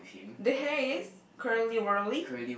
the hair is curly wurly